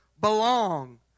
belong